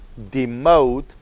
demote